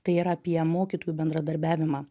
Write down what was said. tai yra apie mokytojų bendradarbiavimą